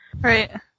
Right